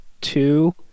two